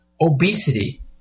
obesity